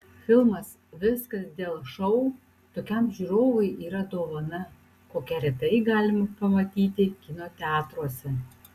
filmas viskas dėl šou tokiam žiūrovui yra dovana kokią retai galima pamatyti kino teatruose